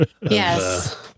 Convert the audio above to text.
yes